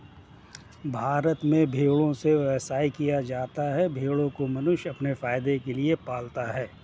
भारत में भेड़ों से व्यवसाय किया जाता है भेड़ों को मनुष्य अपने फायदे के लिए पालता है